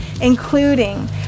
including